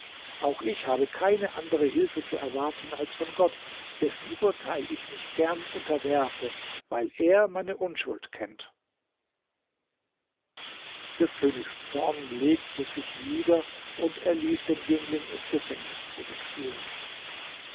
auch ich habe keine andere hilfe zu erwarten als von gott dessen urteil ich mich gern unterwerfe weil er meine unschuld kennt des königs zorn legte sich wieder und er ließ den jüngling ins gefängnis zurückführen